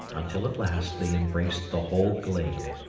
until at last they embraced the whole glade,